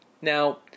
Now